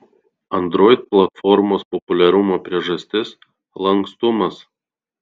android platformos populiarumo priežastis lankstumas